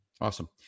Awesome